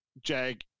jag